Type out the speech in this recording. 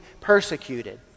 persecuted